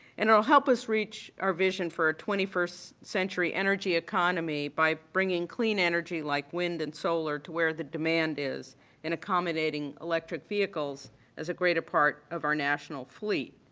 and it will help us reach our vision for a twenty first century energy economy by bringing clean energy like wind and solar to where the demand is in accommodating electric vehicles as a greater part of our national fleet.